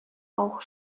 auch